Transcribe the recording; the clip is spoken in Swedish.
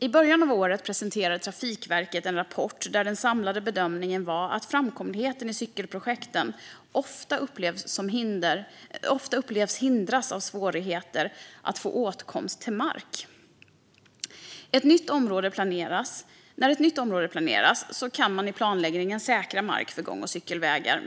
I början av året presenterade Trafikverket en rapport där den samlade bedömningen var att man ofta upplever att cykelprojekten hindras av svårigheter att få åtkomst till mark. När ett nytt område planeras kan man i planläggningen säkra mark för gång och cykelvägar.